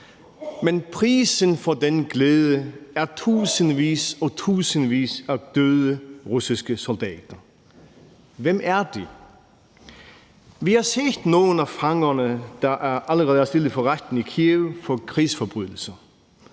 Men prisen for den glæde er tusindvis og tusindvis af døde russiske soldater. Hvem er de? Vi har set nogle af fangerne, der allerede er stillet for retten i Kyiv anklaget for krigsforbrydelser.